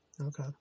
Okay